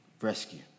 rescue